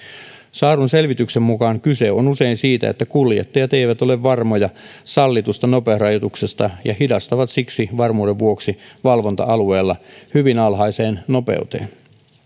saadun selvityksen mukaan kyse on usein siitä että kuljettajat eivät ole varmoja sallitusta nopeusrajoituksesta ja hidastavat siksi varmuuden vuoksi valvonta alueella hyvin alhaiseen nopeuteen